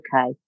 okay